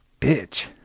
Bitch